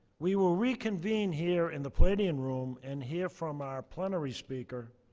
we will reconvene here in the palladium room and hear from our plenary speaker,